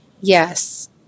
Yes